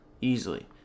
Easily